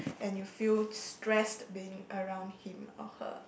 and you feel stressed being around him or her